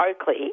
Oakley